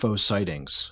sightings